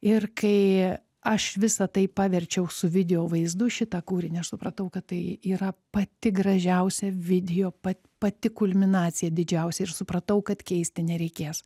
ir kai aš visa tai paverčiau su video vaizdu šitą kūrinį aš supratau kad tai yra pati gražiausia videopa pati kulminacija didžiausia ir supratau kad keisti nereikės